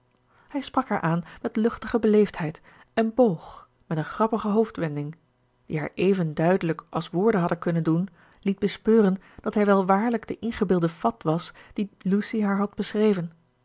hij sprak haar aan met luchtige beleefdheid en boog met een grappige hoofdwending die haar even duidelijk als woorden hadden kunnen doen liet bespeuren dat hij wel waarlijk de ingebeelde fat was dien lucy haar had beschreven